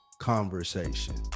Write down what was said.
conversation